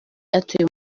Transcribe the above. atuye